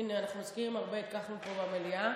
אנחנו מזכירים הרבה את כחלון פה במליאה,